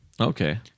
Okay